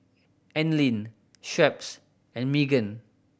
Anlene Schweppes and Megan